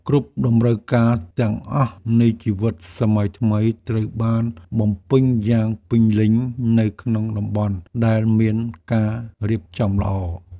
គ្រប់តម្រូវការទាំងអស់នៃជីវិតសម័យថ្មី ត្រូវបានបំពេញយ៉ាងពេញលេញនៅក្នុងតំបន់ដែលមានការរៀបចំល្អ។